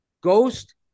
ghost